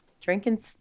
Drinking